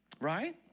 Right